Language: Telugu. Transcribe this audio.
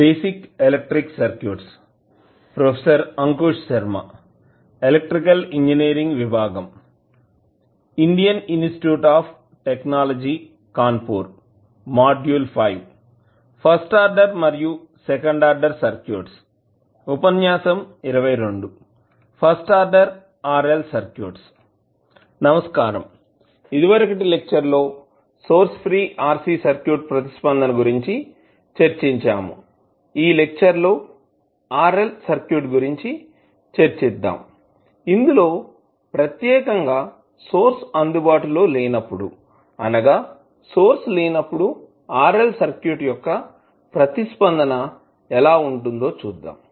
basic electric circuits professor Ankush Sharma electrical engineering విభాగం Indian institute of టెక్నాలజీకాన్పూర్ module 5 first order మరియు సెకండ్ ఆర్డర్ సర్క్యూట్స్ ఉపన్యాసం 22 ఫస్ట్ ఆర్డర్ RL సర్క్యూట్స్ నమస్కారం ఇదివరకటి లెక్చర్ లో సోర్స్ ఫ్రీ RC సర్క్యూట్ ప్రతిస్పందన గురించి చర్చించాము ఈ లెక్చర్ లో RL సర్క్యూట్ గురించి చర్చిద్దాం ఇందులో ప్రత్యేకంగా సోర్స్ అందుబాటులో లేనప్పుడు అనగా సోర్స్ లేనప్పుడు RLసర్క్యూట్ యొక్క ప్రతిస్పందన ఎలా ఉంటుందో చూద్దాము